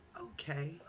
Okay